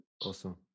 Awesome